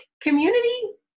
Community